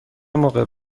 موقع